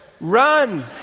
run